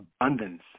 abundance